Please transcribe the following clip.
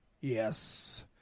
yes